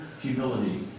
humility